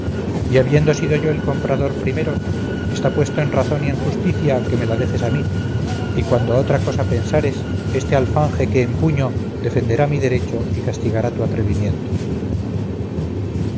y habiendo sido yo el comprador primero está puesto en razón y en justicia que me la dejes a mí y cuando otra cosa pensares este alfanje que empuño defenderá mi derecho y castigará tu atrevimiento